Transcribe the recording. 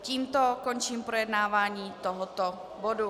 Tímto končím projednávání tohoto bodu.